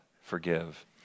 forgive